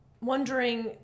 wondering